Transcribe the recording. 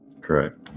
Correct